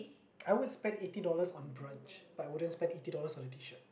I would spend eighty dollars on brunch but I wouldn't spend eighty dollars on a T shirt